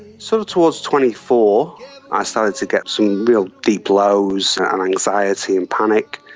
sort of towards twenty four i started to get some really deep lows and anxiety and panic,